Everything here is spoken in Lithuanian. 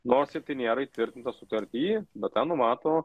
nors ir tai nėra įtvirtinta sutarty bet tą numato